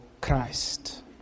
Christ